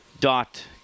dot